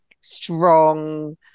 strong